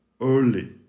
early